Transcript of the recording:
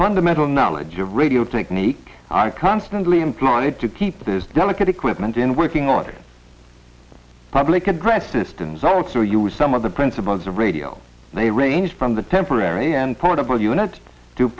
fundamental knowledge of radio think meek constantly employed to keep this delicate equipment in working on public address systems also use some of the principles of radio they range from the temporary and portable unit